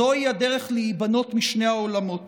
זוהי הדרך להיבנות משני העולמות